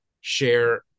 share